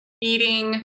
eating